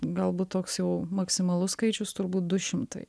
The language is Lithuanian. galbūt toks jau maksimalus skaičius turbūt du šimtai